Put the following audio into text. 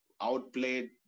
Outplayed